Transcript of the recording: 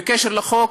בקשר לחוק,